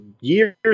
years